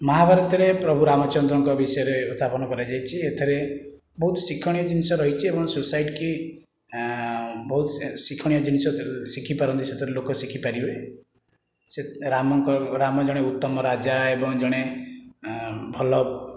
ମହାଭାରତରେ ପ୍ରଭୁ ରାମଚନ୍ଦ୍ରଙ୍କ ବିଷୟରେ ଉତ୍ଥାପନ କରାଯାଇଛି ଏଥିରେ ବହୁତ ଶିକ୍ଷଣୀୟ ଜିନିଷ ରହିଛି ଏବଂ ସୋସାଇଟି କି ବହୁତ ଶିକ୍ଷଣୀୟ ଜିନିଷ ଶିଖିପାରନ୍ତି ସେଥିରେ ଲୋକ ଶିଖି ପାରିବେ ସେ ରାମଙ୍କ ରାମ ଜଣେ ଉତ୍ତମ ରାଜା ଏବଂ ଜଣେ ଭଲ